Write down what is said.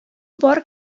бар